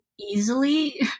easily